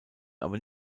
aber